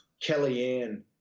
Kellyanne